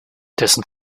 dessen